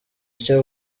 icyo